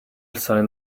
sign